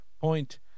point